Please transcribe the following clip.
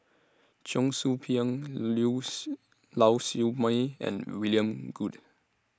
Cheong Soo Pieng Lau Siew Mei and William Goode